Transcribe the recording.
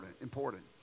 important